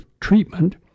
treatment